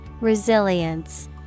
Resilience